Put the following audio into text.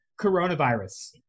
coronavirus